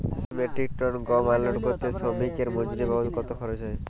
দুই metric ton গম unload করতে শ্রমিক এর মজুরি বাবদ কত খরচ হয়?